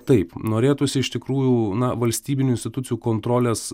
taip norėtųsi iš tikrųjų na valstybinių institucijų kontrolės